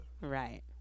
Right